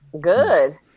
Good